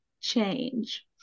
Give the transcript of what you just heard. change